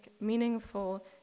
meaningful